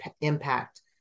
impact